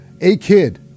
A-Kid